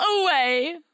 away